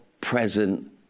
present